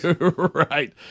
Right